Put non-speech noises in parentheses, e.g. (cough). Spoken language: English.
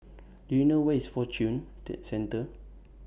Do YOU know Where IS Fortune (unintelligible) Centre